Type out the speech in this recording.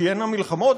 תהיינה מלחמות,